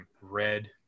red